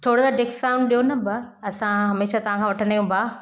थोरो त डिस्काउंट ॾियो न भाउ असां हमेशह तव्हां खां वठंदा आहियूं भाउ